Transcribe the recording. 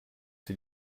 sie